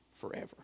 forever